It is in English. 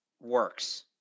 works